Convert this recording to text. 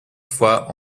fois